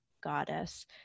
goddess